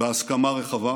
שבהסכמה רחבה,